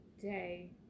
day